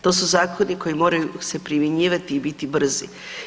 To su zakoni koji moraju se primjenjivati i biti brzi.